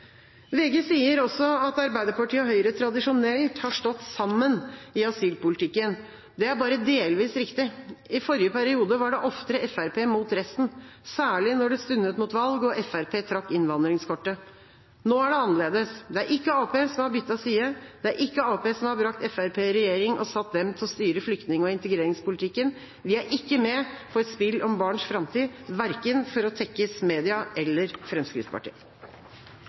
VG sier også at Arbeiderpartiet og Høyre tradisjonelt har stått sammen i asylpolitikken. Det er bare delvis riktig. I forrige periode var det oftere Fremskrittspartiet mot resten, særlig når det stundet mot valg og Fremskrittspartiet trakk innvandringskortet. Nå er det annerledes. Det er ikke Arbeiderpartiet som har byttet side. Det er ikke Arbeiderpartiet som har brakt Fremskrittspartiet i regjering og satt dem til å styre flyktning- og integreringspolitikken. Vi er ikke med på et spill om barns framtid – verken for å tekkes media eller Fremskrittspartiet.